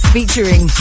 Featuring